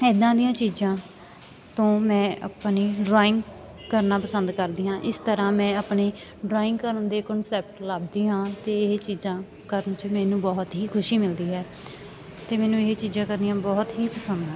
ਇੱਦਾਂ ਦੀਆਂ ਚੀਜ਼ਾਂ ਤੋਂ ਮੈਂ ਆਪਣੀ ਡਰਾਇੰਗ ਕਰਨਾ ਪਸੰਦ ਕਰਦੀ ਹਾਂ ਇਸ ਤਰ੍ਹਾਂ ਮੈਂ ਆਪਣੀ ਡਰਾਇੰਗ ਕਰਨ ਦੇ ਕੋਨਸੈਪਟ ਲੱਭਦੀ ਹਾਂ ਅਤੇ ਇਹ ਚੀਜ਼ਾਂ ਕਰਨ 'ਚ ਮੈਨੂੰ ਬਹੁਤ ਹੀ ਖੁਸ਼ੀ ਮਿਲਦੀ ਹੈ ਅਤੇ ਮੈਨੂੰ ਇਹ ਚੀਜ਼ਾਂ ਕਰਨੀਆਂ ਬਹੁਤ ਹੀ ਪਸੰਦ ਹਨ